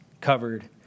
covered